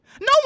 No